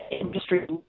industry